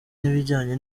n’ibijyanye